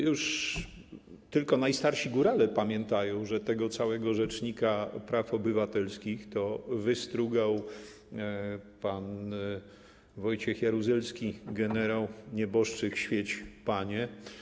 Już tylko najstarsi górale pamiętają, że tego całego rzecznika praw obywatelskich wystrugał pan Wojciech Jaruzelski, generał nieboszczyk, świeć Panie.